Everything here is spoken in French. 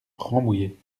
rambouillet